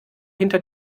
hinter